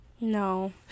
No